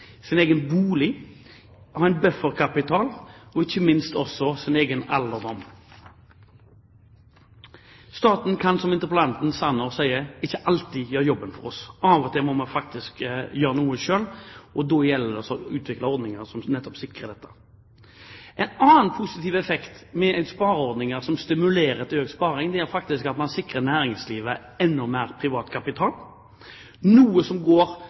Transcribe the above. sin egen alderdom ved å ha en bufferkapital. Staten kan, som interpellanten Sanner sier, ikke alltid gjøre jobben for oss. Av og til må man faktisk gjøre noe selv, og da gjelder det å utvikle ordninger som nettopp sikrer dette. En annen positiv effekt med spareordninger som stimulerer til økt sparing, er faktisk at man sikrer næringslivet enda mer privat kapital, som